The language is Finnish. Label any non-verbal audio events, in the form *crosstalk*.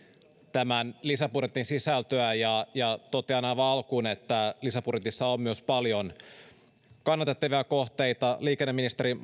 tämän lisäbudjetin sisältöä totean aivan alkuun että lisäbudjetissa on myös paljon kannatettavia kohteita liikenneministeri *unintelligible*